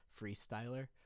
freestyler